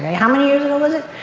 how many years ago was it?